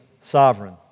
sovereign